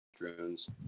drones